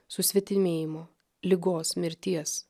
susvetimėjimo ligos mirties